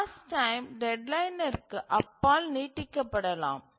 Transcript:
task time டெட்லைனிற்கு அப்பால் நீட்டிக்கப்படலாம்